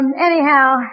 anyhow